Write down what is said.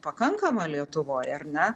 pakankama lietuvoj ar ne